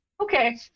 okay